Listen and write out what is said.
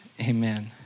Amen